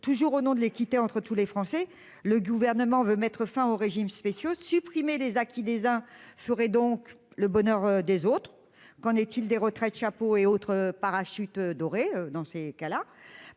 toujours au nom de l'équité entre tous les Français, le gouvernement veut mettre fin aux régimes spéciaux supprimer des acquis des uns ferait donc le bonheur des autres. Qu'en est-il des retraites chapeau et autre parachutes dorés. Dans ces cas-là,